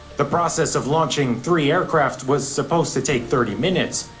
the process of launching three aircraft was supposed to take thirty minutes.